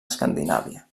escandinàvia